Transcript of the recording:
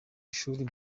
ishuri